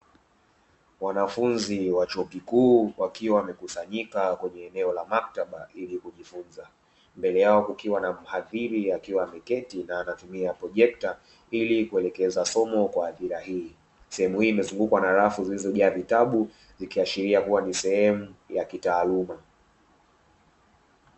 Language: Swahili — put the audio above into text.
Wanafunzi wa chuo kikuu wakiwa wamekusanyika kwenye eneo la maktaba ili kujifunza. Mbele yao kukiwa na mhadhiri akiwa ameketi na anatumia projekta , ili kuelekeza somo kwa hadhira hii. Sehemu hii imezungukwa na rafu zilizojaa vitabu ikiashiria kuwa ni sehemu ya kitaaluma.